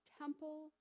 temple